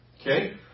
Okay